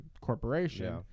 corporation